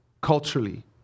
culturally